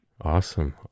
Awesome